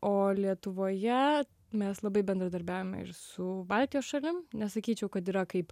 o lietuvoje mes labai bendradarbiaujame ir su baltijos šalim nesakyčiau kad yra kaip